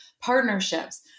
partnerships